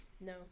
No